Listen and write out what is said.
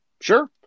sure